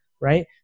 right